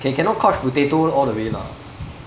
ca~ cannot couch potato all the way lah